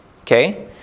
okay